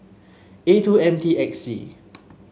A two M T X C